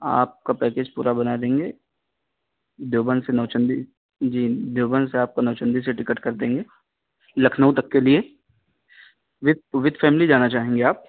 آپ کا پیکج پورا بنا دیں گے دیوبند سے نوچندی جی دیوبند سے آپ کا نوچندی سے ٹکٹ کر دیں گے لکھنؤ تک کے لیے وت وتھ فیملی جانا چاہیں گے آپ